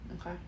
Okay